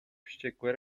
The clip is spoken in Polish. wściekłe